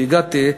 כשהגעתי,